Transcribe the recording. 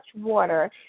water